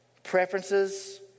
preferences